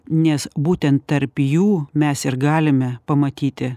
nes būtent tarp jų mes ir galime pamatyti